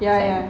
ya ya